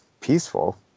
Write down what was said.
Peaceful